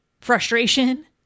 frustration